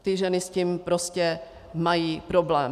Ty ženy s tím prostě mají problém.